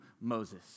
Moses